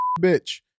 bitch